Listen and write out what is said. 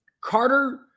Carter